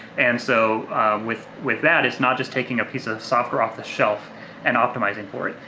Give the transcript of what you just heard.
and so with with that, it's not just taking a piece of software off the shelf and optimizing for it,